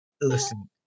listen